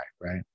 right